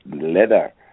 leather